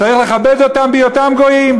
צריך לכבד אותם בהיותם גויים,